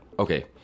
Okay